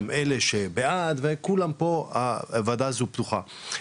גם אלו שבעד והוועדה הזו פתוחה לכולם,